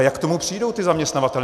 Jak k tomu přijdou ti zaměstnavatelé?